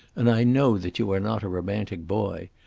and i know that you are not a romantic boy,